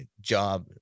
job